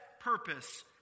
Purpose